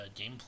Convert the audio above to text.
gameplay